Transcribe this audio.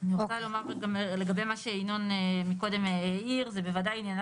אני רוצה לומר גם לגבי מה שינון העיר מקודם: זה בוודאי עניינה